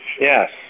Yes